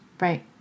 Right